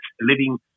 living